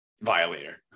violator